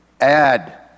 Add